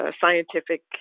scientific